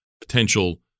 potential